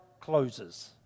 closes